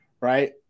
right